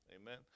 Amen